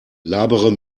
labere